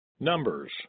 Numbers